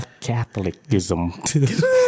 Catholicism